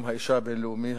יום האשה הבין-לאומי,